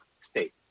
state